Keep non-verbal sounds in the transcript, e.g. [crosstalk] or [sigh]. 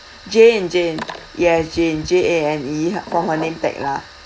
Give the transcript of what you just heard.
jane jane [noise] yes jane J A N E for her name tag lah